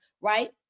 right